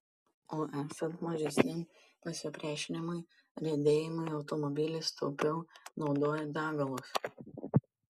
o esant mažesniam pasipriešinimui riedėjimui automobilis taupiau naudoja degalus